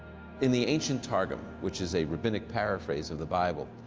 in the ancient targum, which is a rabbinic paraphrase of the bible,